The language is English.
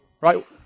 right